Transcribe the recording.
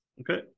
Okay